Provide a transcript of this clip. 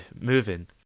moving